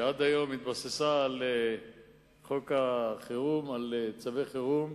שעד היום התבסס על חוק החירום, על צווי חירום,